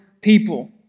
people